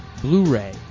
Blu-ray